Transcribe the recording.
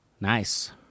Nice